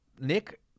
nick